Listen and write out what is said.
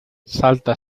salta